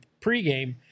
pregame